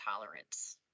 tolerance